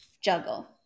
juggle